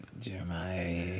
Jeremiah